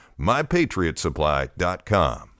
MyPatriotSupply.com